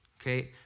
okay